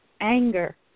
anger